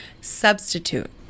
substitute